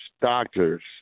doctors